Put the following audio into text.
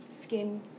skin